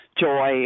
joy